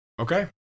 Okay